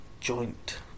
Joint